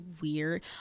weird